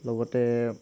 লগতে